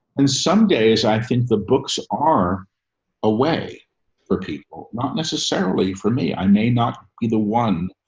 and some days i think the books are a way for people, not necessarily for me. i may not either. one,